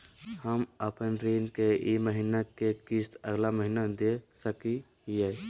हम अपन ऋण के ई महीना के किस्त अगला महीना दे सकी हियई?